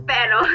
Pero